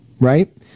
right